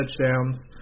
touchdowns